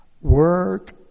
work